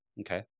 Okay